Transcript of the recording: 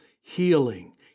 Healing